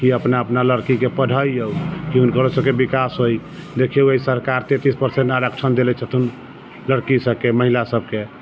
कि अपना अपना लड़कीके पढ़ैऔ कि हुनकरो सबके विकास होइ देखिऔ एहि सरकारके तेँतिस परसेन्ट आरक्षण देले छथुन लड़की सबके महिला सबके